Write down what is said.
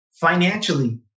financially